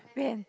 when